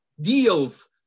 deals